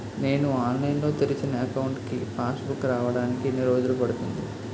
నేను ఆన్లైన్ లో తెరిచిన అకౌంట్ కి పాస్ బుక్ రావడానికి ఎన్ని రోజులు పడుతుంది?